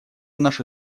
наши